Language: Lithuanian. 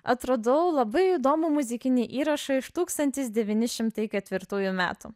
atradau labai įdomų muzikinį įrašą iš tūkstantis devyni šimtai ketvirtųjų metų